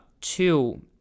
two